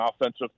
offensive